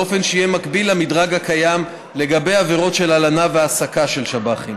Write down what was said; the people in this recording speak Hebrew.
באופן שיהיה מקביל למדרג הקיים לגבי עבירות של הלנה והעסקה של שב"חים.